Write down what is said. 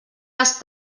les